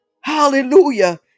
Hallelujah